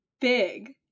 big